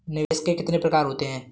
निवेश के कितने प्रकार होते हैं?